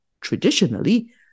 Traditionally